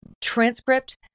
transcript